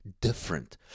different